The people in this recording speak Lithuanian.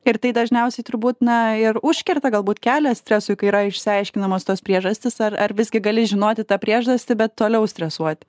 ir tai dažniausiai turbūt na ir užkerta galbūt kelią stresui kai yra išsiaiškinamos tos priežastys ar ar visgi gali žinoti tą priežastį bet toliau stresuot